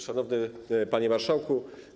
Szanowny Panie Marszałku!